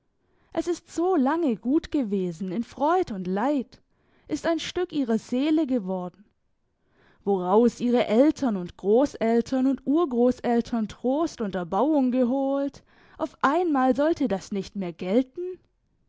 es ist so lange gut gewesen in freud und leid ist ein stück ihrer seele geworden woraus ihre eltern und grosseltern und urgrosseltern trost und erbauung geholt auf einmal sollte das nicht mehr gelten